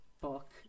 book